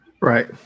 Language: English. Right